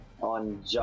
on